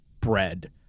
bread